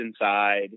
inside